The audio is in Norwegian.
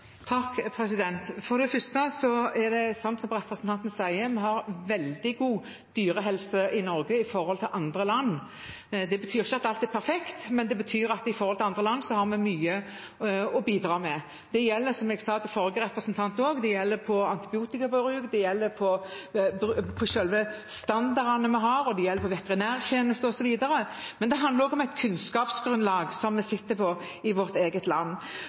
For det første er det sant som representanten sier, at vi har veldig god dyrehelse i Norge i forhold til andre land. Det betyr ikke at alt er perfekt, men det betyr at i forhold til andre land har vi mye å bidra med. Det gjelder, som jeg også sa til forrige representant, antibiotikabruk, det gjelder selve standardene vi har, det gjelder veterinærtjenester, osv. Men det handler også om et kunnskapsgrunnlag som vi sitter på i vårt eget land.